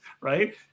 right